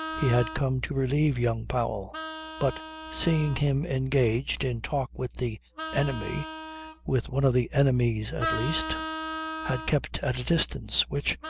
he had come to relieve young powell but seeing him engaged in talk with the enemy with one of the enemies at least had kept at a distance, which,